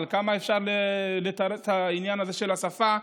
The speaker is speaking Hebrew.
אבל כמה אפשר לתרץ בעניין הזה של שפה,